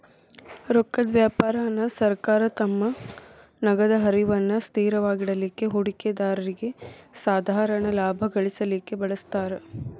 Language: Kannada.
ರೊಕ್ಕದ್ ವ್ಯಾಪಾರಾನ ಸರ್ಕಾರ ತಮ್ಮ ನಗದ ಹರಿವನ್ನ ಸ್ಥಿರವಾಗಿಡಲಿಕ್ಕೆ, ಹೂಡಿಕೆದಾರ್ರಿಗೆ ಸಾಧಾರಣ ಲಾಭಾ ಗಳಿಸಲಿಕ್ಕೆ ಬಳಸ್ತಾರ್